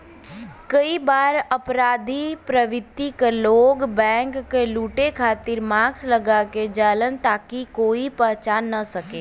कई बार अपराधी प्रवृत्ति क लोग बैंक क लुटे खातिर मास्क लगा क जालन ताकि कोई पहचान न सके